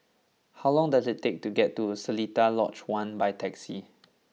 how long does it take to get to Seletar Lodge One by taxi